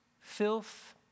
filth